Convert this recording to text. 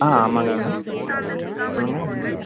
ஆ ஆமாங்க மேடம் சொல்லுங்கள்